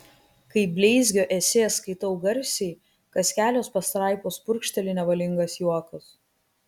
kai bleizgio esė skaitau garsiai kas kelios pastraipos purkšteli nevalingas juokas